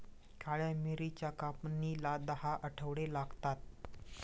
काळ्या मिरीच्या कापणीला दहा आठवडे लागतात